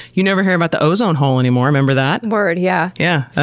you never hear about the ozone hole anymore, remember that? word, yeah. yeah yeah